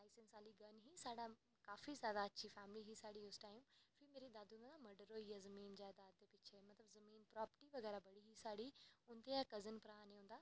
licence आह्ली gun ही साढ़ी काफी जादा अच्छी फैमिली ही उस टाईम मेरे दादू दा ना मर्डर होइया जमीन जायदाद दे पिच्छें जमीन प्रॉपर्टी बगैरा बड़ी ही साढ़ी उंदे गै कजिन भ्राऽ नै उंदा